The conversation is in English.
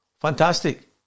Fantastic